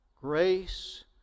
grace